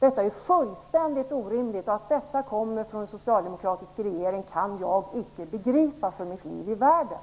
Detta är ju fullkomligt orimligt, och att förslaget kommer från en socialdemokratisk regering kan jag icke för mitt liv begripa.